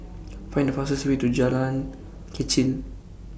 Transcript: Find The fastest Way to Jalan Kechil